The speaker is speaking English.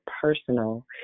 personal